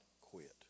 quit